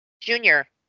junior